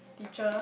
teacher